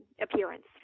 appearance